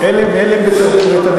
הלם, הלם ותדהמה.